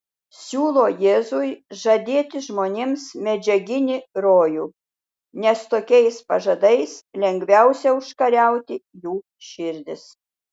siūlo jėzui žadėti žmonėms medžiaginį rojų nes tokiais pažadais lengviausia užkariauti jų širdis